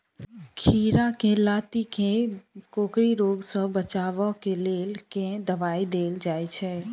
खीरा केँ लाती केँ कोकरी रोग सऽ बचाब केँ लेल केँ दवाई देल जाय छैय?